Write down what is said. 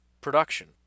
production